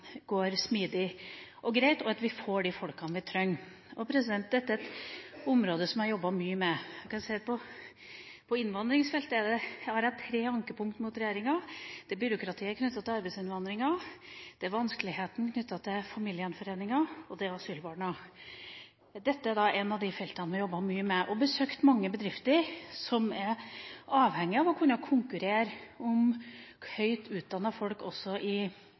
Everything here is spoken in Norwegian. går smidig og greit, og at vi får de folkene vi trenger. Dette er et område som jeg har jobbet mye med. Jeg kan si at på innvandringsfeltet har jeg tre ankepunkter mot regjeringa: Det er byråkratiet knyttet til arbeidsinnvandringa, det er vanskelighetene knyttet til familiegjenforeninger, og det er asylbarna. Dette er da ett av de feltene vi jobbet mye med. Vi besøkte mange bedrifter som er avhengige av å kunne konkurrere om høyt utdannete folk også fra andre land. Mange av dem oppdager at de taper i